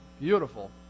beautiful